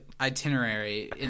itinerary